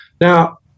Now